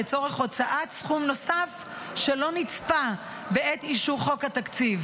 לצורך הוצאת סכום נוסף שלא נצפה בעת אישור חוק התקציב,